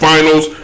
Finals